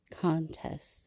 contests